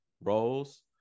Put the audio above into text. roles